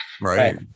right